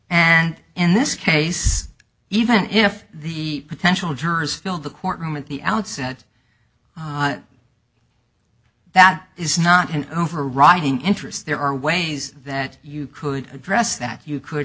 and in this case even if the potential jurors filled the courtroom at the outset that is not an overriding interest there are ways that you could address that you could